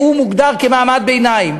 והוא מוגדר כמעמד ביניים,